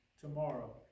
tomorrow